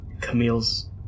Camille's